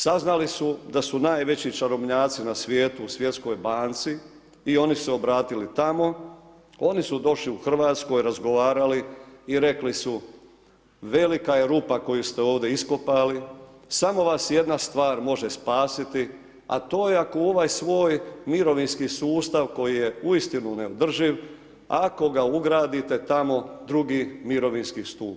Saznali su da su najveći čarobnjaci na svijetu, u Svjetskoj banci i oni su se obratili tamo, oni su došli u Hrvatskoj, razgovarali i rekli su velika je rupa koju ste ovdje iskopali, samo vas jedna stvar može spasiti, a to je ako u ovaj svoj mirovinski sustav koji je uistinu neodrživ, ako ga ugradite tamo, drugi mirovinski stup.